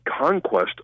conquest